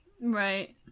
Right